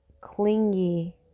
clingy